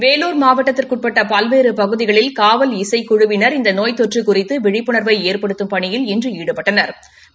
வேலூர் மாவட்டத்திற்கு உட்பட்ட பல்வேறு பகுதிகளில் காவல் இசைக்குழுவினா் இந்த நோய் தொற்று குறித்து விழிப்புணாவை ஏற்படுத்தும் பணியில் இன்று ஈடுபட்டனா்